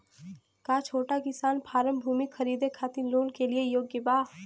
का छोटा किसान फारम भूमि खरीदे खातिर लोन के लिए योग्य बा?